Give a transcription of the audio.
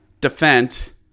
defense